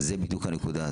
זה בדיוק הנקודה.